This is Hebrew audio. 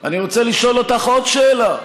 אני רוצה לשאול אותך עוד שאלה.